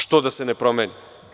Što da se ne promeni?